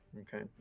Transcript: Okay